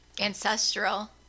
Ancestral